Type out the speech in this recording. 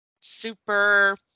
super